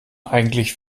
eigentlich